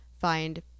find